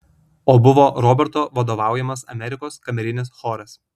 o buvo roberto vadovaujamas amerikos kamerinis choras